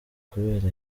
kubera